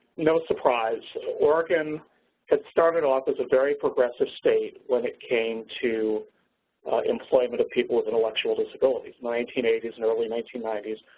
no surprise, oregon had started off as a very progressive state when it came to employment of people with intellectual disabilities. nineteen eighty s and early nineteen ninety s.